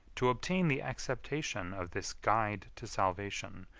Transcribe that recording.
to obtain the acceptation of this guide to salvation,